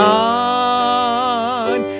God